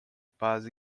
paz